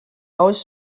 oes